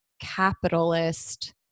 capitalist